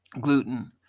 gluten